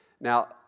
Now